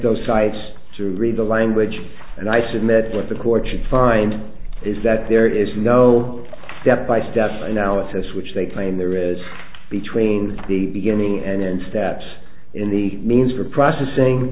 those sites to read the language and i submit what the court should find is that there is no step by step analysis which they claim there is between the beginning and end steps in the means for processing